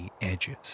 edges